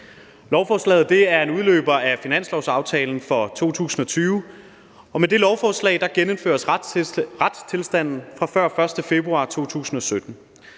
Lovforslaget er en udløber af finanslovsaftalen for 2020, og med det lovforslag genindføres retstilstanden fra før den 1. februar 2017.